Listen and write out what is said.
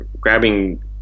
grabbing